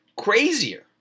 crazier